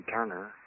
Turner